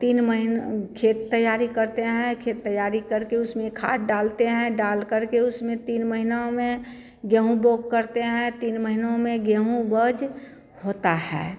तीन महीने खेत तैयारी करते हैं खेत तैयारी करके उसमें खाद डालते हैं डालकर के उसमें तीन महीने में गेहूँ बो करते हैं तीन महीनों में गेहूँ उपज होता है